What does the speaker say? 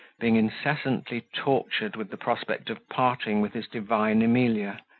being incessantly tortured with the prospect of parting with his divine emilia,